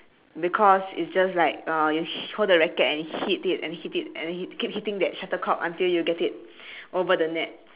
because it's just like uh you hi~ hold the racket and hit it and hit it and then hit it keep hitting the shuttlecock until you get it over the net